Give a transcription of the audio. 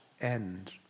end